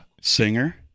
singer